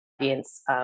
audience